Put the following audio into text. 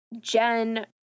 Jen